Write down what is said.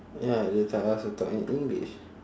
ya they tell us to talk in english